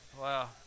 wow